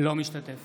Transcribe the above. אינו משתתף